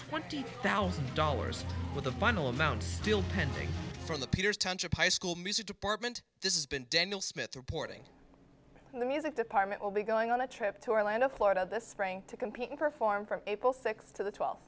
twenty thousand dollars with the final amount still pending for the peters township high school music department this is been daniel smith reporting in the music department will be going on a trip to orlando florida this spring to compete and perform from april sixth to the twelfth